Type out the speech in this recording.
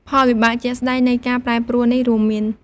ផលវិបាកជាក់ស្តែងនៃការប្រែប្រួលនេះរួមមាន៖